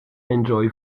enjoy